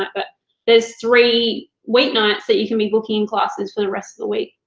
um but there's three weeknights that you can be booking classes for the rest of the week.